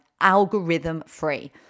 algorithm-free